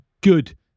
good